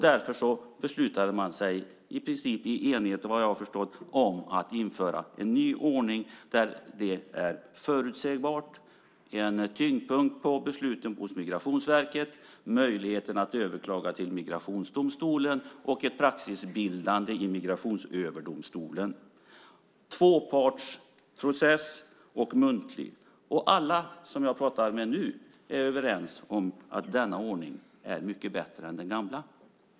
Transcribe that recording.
Därför beslutade man sig för, vad jag har förstått i princip i enighet, att införa en ny ordning som är förutsägbar, där tyngdpunkten på besluten ligger hos Migrationsverket, med möjlighet att överklaga till migrationsdomstol och ett praxisbildande i Migrationsöverdomstolen. Det ska vara en muntlig tvåpartsprocess. Alla som jag pratar med nu är överens om att denna ordning är mycket bättre än den gamla.